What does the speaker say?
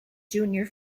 junior